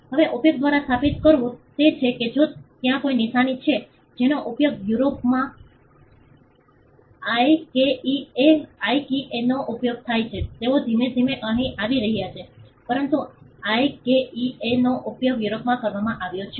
હવે ઉપયોગ દ્વારા સ્થાપિત કરવું તે છે કે જો ત્યાં કોઈ નિશાની છે જેનો ઉપયોગ યુરોપમાં આઇકેઇએ આઇકેઇએ નો ઉપયોગ થાય છે તેઓ ધીમે ધીમે અહીં આવી રહ્યા છે પરંતુ આઇકેઇએ નો ઉપયોગ યુરોપમાં કરવામાં આવ્યો છે